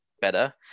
better